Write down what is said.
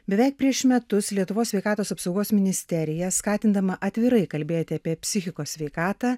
beveik prieš metus lietuvos sveikatos apsaugos ministerija skatindama atvirai kalbėti apie psichikos sveikatą